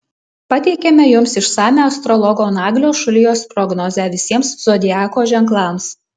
pateikiame jums išsamią astrologo naglio šulijos prognozę visiems zodiako ženklams